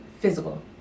physical